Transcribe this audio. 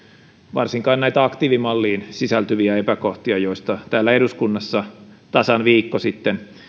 varsinkaan näitä aktiivimalliin sisältyviä epäkohtia joista täällä eduskunnassa tasan viikko sitten